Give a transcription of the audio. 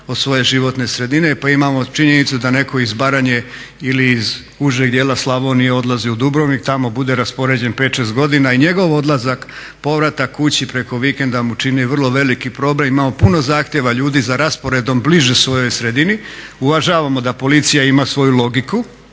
od svoje životne sredine, pa imamo činjenicu da neko iz Baranje ili iz užeg dijela Slavonije odlazi u Dubrovnik, tamo bude raspoređen 5, 6 godina i njegov odlazak, povratak kući preko vikenda mu čini vrlo veliki problem. Imamo puno zahtjeva ljudi za rasporedom bliže svojoj sredini. Uvažavamo da policija ima svoju logiku